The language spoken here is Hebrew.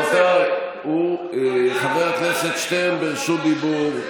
רבותיי, חבר הכנסת שטרן הוא ברשות דיבור.